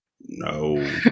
No